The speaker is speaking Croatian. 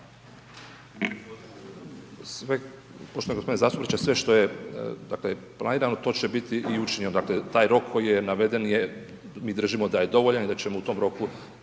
Poštovani gospodine zastupniče sve što je dakle planirano to će biti i učinjeno, dakle taj rok koji je naveden, mi držimo da je dovoljan i da ćemo u tom roku